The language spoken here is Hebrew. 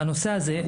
הנושא הזה,